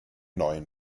neuen